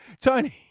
Tony